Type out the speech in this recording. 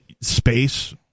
space